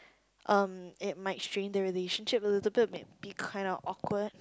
um it might strain the relationship a little bit may be kind of awkward